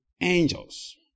angels